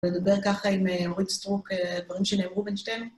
לדבר ככה עם אורית סטרוק, דברים שנאמרו בין שתינו.